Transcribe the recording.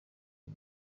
uyu